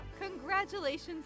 Congratulations